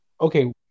okay